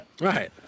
Right